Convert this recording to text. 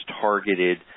targeted